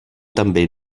també